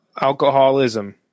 alcoholism